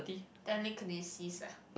telekinesis ah